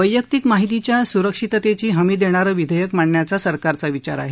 वैयाक्तिक माहितीच्या सुरक्षिततेची हमी देणारं विधेयक मांडण्याचा सरकारचा विचार आहे